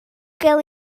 ddiogel